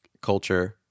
culture